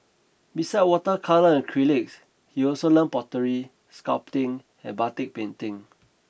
besides water colour and acrylics he also learnt pottery sculpting and batik painting